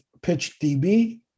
PitchDB